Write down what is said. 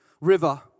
river